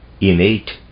innate